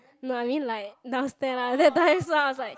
no I meant like downstair lah that time lah I was like